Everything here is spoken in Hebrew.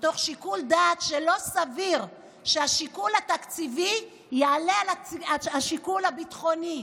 מתוך שיקול דעת שלא סביר שהשיקול התקציבי יעלה על השיקול הביטחוני,